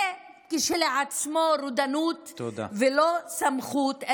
זה כשלעצמו רודנות ולא סמכות,